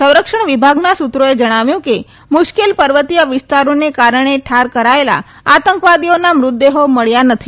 સંરક્ષણ વિભાગના સૂત્રોએ જણાવ્યું કે મુશ્કેલ પર્વતીય વિસ્તારોને કારણે ઠાર કરાયેલા આતંકવાદીઓના મૃતદેહો મળ્યા નથી